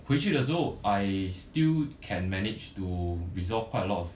回去的时候 I still can manage to resolve quite a lot of